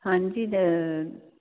ਹਾਂਜੀ